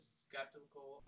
skeptical